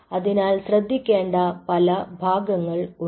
അതിനാൽ ശ്രദ്ധിക്കേണ്ട പല ഭാഗങ്ങൾ ഉണ്ട്